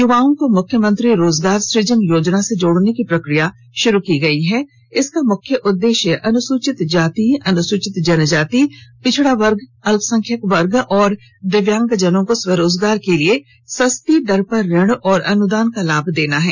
युवाओं को मुख्यमंत्री रोजगार सुजन योजना से जोड़ने की प्रक्रिया शुरू की गयी है इसका मुख्य उद्देश्य अनुसूचित जाति अनुसूचित जनजाति पिछड़ा वर्ग अल्पसंख्यक वर्ग और दिव्यांगजनों को स्वरोजगार के लिए सस्ती दर पर ऋण और अनुदान का लाभ देना है